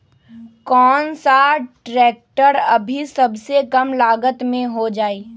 कौन सा ट्रैक्टर अभी सबसे कम लागत में हो जाइ?